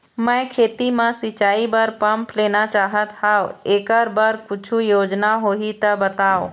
मैं खेती म सिचाई बर पंप लेना चाहत हाव, एकर बर कुछू योजना होही त बताव?